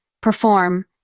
perform